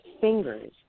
fingers